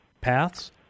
paths